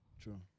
True